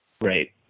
Right